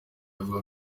avuga